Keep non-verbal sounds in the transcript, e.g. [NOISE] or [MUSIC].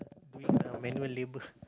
[NOISE] doing uh manual labour